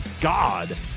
God